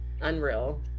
unreal